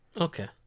Okay